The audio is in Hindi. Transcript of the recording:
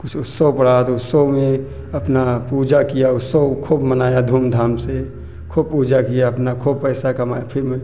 कुछ उत्सव पड़ा तो उत्सव में अपना पूजा किया उत्सव खूब मनाया धूमधाम से खूब पूजा किया अपना खूब पैसा कमाया फिर में